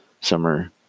summer